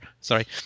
Sorry